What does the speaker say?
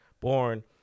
born